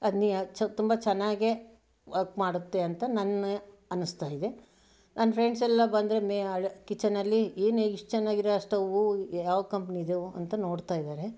ಅದ್ನ್ಯಾ ಚ ತುಂಬ ಚೆನ್ನಾಗೇ ವರ್ಕ್ ಮಾಡುತ್ತೆ ಅಂತ ನನ್ನ ಅನ್ನಿಸ್ತಾ ಇದೆ ನನ್ನ ಫ್ರೆಂಡ್ಸೆಲ್ಲ ಬಂದರೆ ಮೇ ಹ ಕಿಚನಲ್ಲಿ ಏನೇ ಇಷ್ಟು ಚೆನ್ನಾಗಿರೋ ಸ್ಟೌವು ಯಾವ ಕಂಪ್ನೀದು ಅಂತ ನೋಡ್ತಾ ಇದ್ದಾರೆ